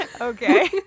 Okay